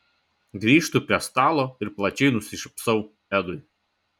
grįžtu prie stalo ir plačiai nusišypsau edui